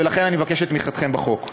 ולכן אני מבקש את תמיכתכם בחוק.